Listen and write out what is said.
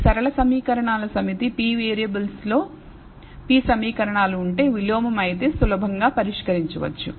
ఇది సరళ సమీకరణాలు సమితి p వేరియబుల్స్లోvariables p సమీకరణాలు ఉంటే విలోమ అయితే సులభంగా పరిష్కరించవచ్చు